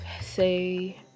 say